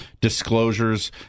disclosures